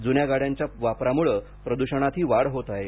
जुन्या गाड्यांच्या वापरामुळं प्रदूषणातही वाढ होत आहे